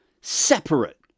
separate